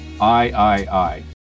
I-I-I